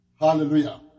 Hallelujah